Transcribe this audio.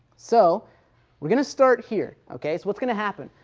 so we're going to start here, ok. so what's going to happen?